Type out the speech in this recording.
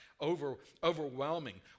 overwhelming